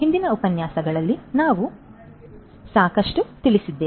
ಹಿಂದಿನ ಉಪನ್ಯಾಸಗಳಲ್ಲಿ ನಾವು ಸಾಕಷ್ಟು ಮಾತನಾಡಿದ್ದೇವೆ